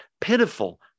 Pitiful